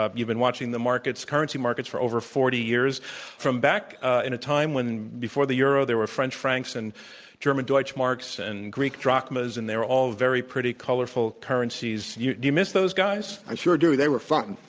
ah you've been watching the markets currency markets for over forty years from back in a time when before the euro there were french francs, and german deutschmarks, and greek drachmas, and they were all very pretty colorful currencies, do you miss those guys? i sure do. they were fun.